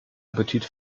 appetit